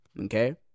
okay